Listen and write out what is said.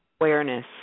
awareness